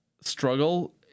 struggle